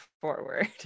forward